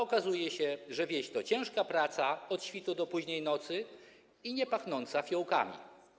Okazuje się, że wieś to ciężka praca od świtu do późnej nocy i nie pachnie tam fiołkami.